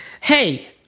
Hey